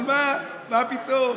אבל מה, מה פתאום.